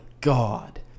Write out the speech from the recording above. God